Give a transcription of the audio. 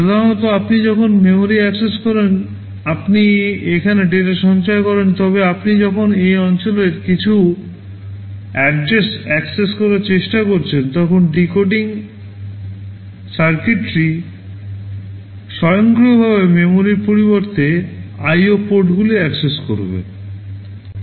সাধারণত আপনি যখন মেমোরি অ্যাক্সেস করেন আপনি এখানে ডেটা সঞ্চয় করেন তবে আপনি যখন এই অঞ্চলে কিছু এড্রেস অ্যাক্সেস করার চেষ্টা করছেন তখন ডিকোডিং সার্কিটরি স্বয়ংক্রিয়ভাবে মেমরির পরিবর্তে আইও পোর্টগুলি অ্যাক্সেস করবে